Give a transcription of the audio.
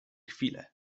chwilę